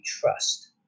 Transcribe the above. trust